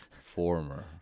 Former